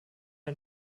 ein